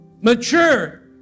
mature